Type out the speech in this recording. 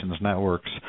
networks